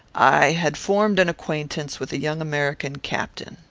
i had formed an acquaintance with a young american captain.